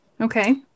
Okay